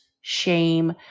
shame